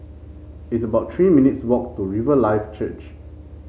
it's about Three minutes walk to Riverlife Church